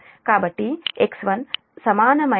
కాబట్టి X1 సమానమైన ఒకటి j0